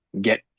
get